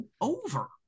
over